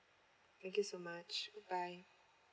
thank you so much bye bye